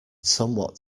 somewhat